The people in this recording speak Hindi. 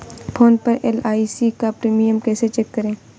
फोन पर एल.आई.सी का प्रीमियम कैसे चेक करें?